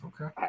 okay